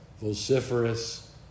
vociferous